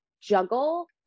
juggle